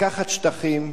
לקחת שטחים